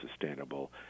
sustainable